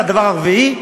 מה זה הדבר הרביעי?